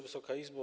Wysoka Izbo!